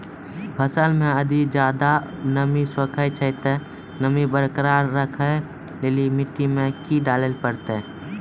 फसल मे यदि मिट्टी ज्यादा नमी सोखे छै ते नमी बरकरार रखे लेली मिट्टी मे की डाले परतै?